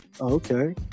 okay